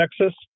Texas